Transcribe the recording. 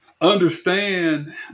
understand